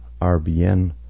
RBN